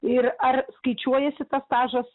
ir ar skaičiuojasi tas stažas